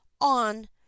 on